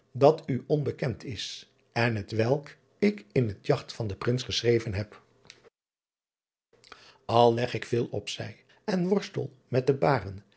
dat u onbekend is en t welk ik in het agt van den rins geschreven heb driaan oosjes zn et leven van illegonda uisman l legg ick veel op zy n worstel met de baeren